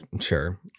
sure